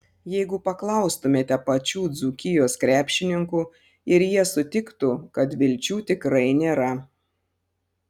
jeigu paklaustumėte pačių dzūkijos krepšininkų ir jie sutiktų kad vilčių tikrai nėra